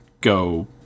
go